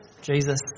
Jesus